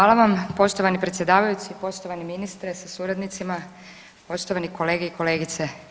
Hvala vam poštovani predsjedavajući, poštovani ministre sa suradnicima, poštovani kolege i kolegice.